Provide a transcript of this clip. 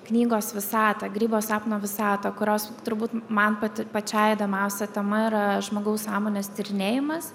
knygos visatą grybo sapno visatą kurios turbūt man pati pačiai įdomiausia tema yra žmogaus sąmonės tyrinėjimas